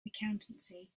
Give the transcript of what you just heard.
accountancy